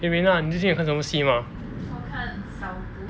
eh rena 你最近有什么看戏 mah